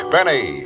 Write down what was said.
Benny